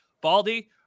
Baldy